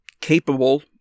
capable